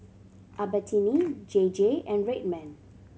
Albertini J J and Red Man